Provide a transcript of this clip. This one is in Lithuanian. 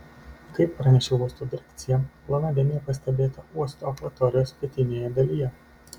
kaip pranešė uosto direkcija plona dėmė pastebėta uosto akvatorijos pietinėje dalyje